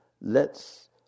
lets